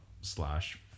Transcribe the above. slash